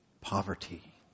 poverty